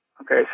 Okay